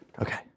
Okay